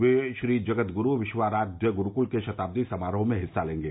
वे श्रीजगदगुरू विश्वाराध्य गुरूकुल के शताब्दी समारोह में हिस्सा लेंगे